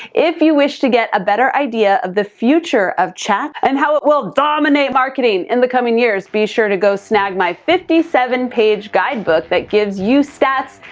if you wish to get a better idea of the future of chat, and how it will dominate marketing in the coming years, be sure to go snag my fifty seven page guidebook that gives you stats,